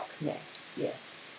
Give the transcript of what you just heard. Yes